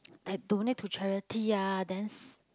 I donate to charity ah then s~